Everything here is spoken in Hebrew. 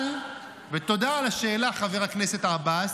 ותודה על השאלה, חבר הכנסת עבאס,